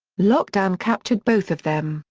lockdown captured both of them,